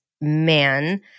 man